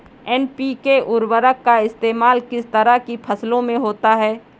NPK उर्वरक का इस्तेमाल किस तरह की फसलों में होता है?